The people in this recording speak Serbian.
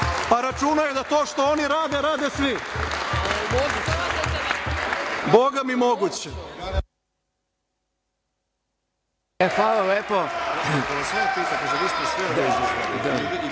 pa računaju na to što oni rade, rade svi. Bogami, moguće.